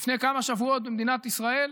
לפני כמה שבועות במדינת ישראל.